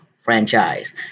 franchise